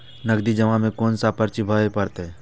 नगदी जमा में कोन सा पर्ची भरे परतें?